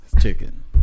Chicken